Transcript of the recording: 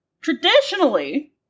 Traditionally